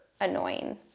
annoying